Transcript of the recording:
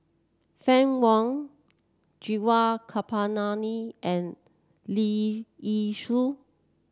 Fann Wong Gaurav Kripalani and Leong Yee Soo